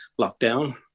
lockdown